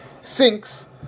Sinks